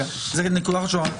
זאת נקודה חשובה.